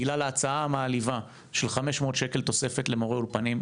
בכלל ההצעה המעליבה של תוספת של 500 שקלים למורי אולפנים,